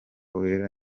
wera